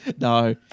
No